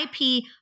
IP